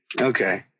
okay